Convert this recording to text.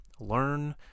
learn